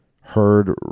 heard